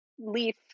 leaf